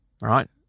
right